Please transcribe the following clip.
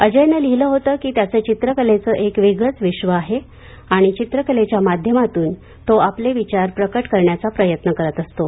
अजयनं लिहिलं होतं की त्याचं चित्रकलेचं एक वेगळंच विश्व आहे आणि चित्रकलेच्या माध्यमातून तो आपले विचार प्रकट करण्याचा प्रयत्न करत असतो